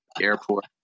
airport